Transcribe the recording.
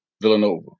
Villanova